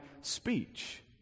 speech